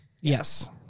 Yes